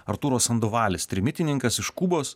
artūro sandovalis trimitininkas iš kubos